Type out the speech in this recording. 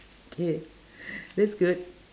yeah that's good